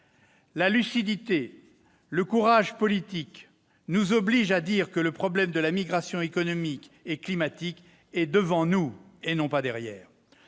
La lucidité et le courage politique nous obligent à dire que le problème de la migration économique et climatique est devant nous, et non derrière